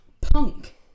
punk